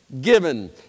given